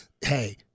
Hey